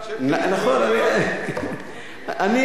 אני הכול זוכר,